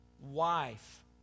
wife